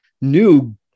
new